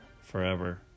forever